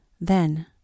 Then